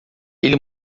ele